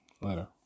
Later